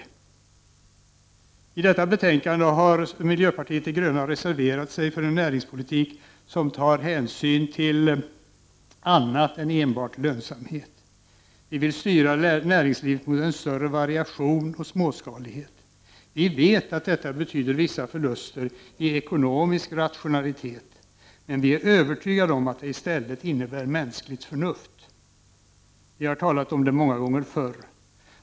13 december 1989 I detta betänkande har miljöpartiet de gröna reserverat sig för en näringspolitik som tar hänsyn till annat än enbart lönsamhet. Vi vill styra näringslivet mot en större variation och småskalighet. Vi vet att detta betyder vissa förluster i ekonomisk rationalitet, men vi är övertygade om att det i stället innebär mänskligt förnuft. Vi har talat om det många gånger förr.